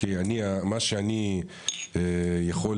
כי מה שאני יכול,